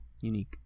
unique